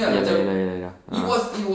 ya lah ya lah ya lah a'ah